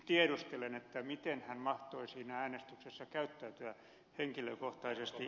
tiedustelen miten hän mahtoi siinä äänestyksessä käyttäytyä henkilökohtaisesti